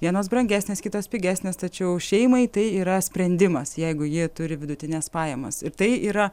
vienos brangesnės kitos pigesnės tačiau šeimai tai yra sprendimas jeigu ji turi vidutines pajamas ir tai yra